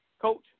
coach